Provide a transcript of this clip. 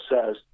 says